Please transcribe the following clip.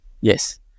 Yes